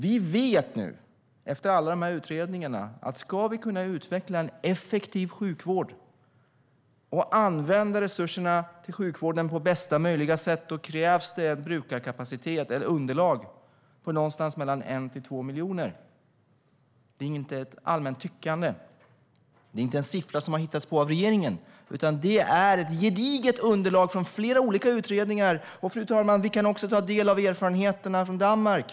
Vi vet nu, efter alla de här utredningarna, att ska vi kunna utveckla en effektiv sjukvård och använda resurserna till sjukvården på bästa möjliga sätt krävs det en brukarkapacitet, ett underlag, på någonstans mellan 1 och 2 miljoner. Det är inte ett allmänt tyckande. Det är inte en siffra som har hittats på av regeringen, utan det är ett gediget underlag från flera olika utredningar. Fru talman! Vi kan också ta del av erfarenheterna från Danmark.